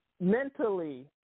mentally